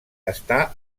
està